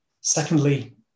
Secondly